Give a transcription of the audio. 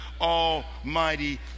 almighty